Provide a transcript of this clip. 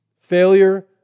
Failure